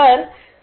हे एलईडी आहेत